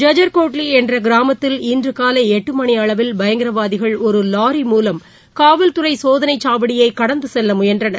ஜஜர் கோட்லி என்ற கிராமத்தில் இன்று காலை எட்டு மணி அளவில் பயங்கரவாதிகள் ஒரு லாரி மூலம் காவல் துறை சோதனை சாவடியை கடந்து செல்ல முயன்றனர்